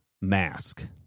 mask